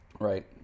Right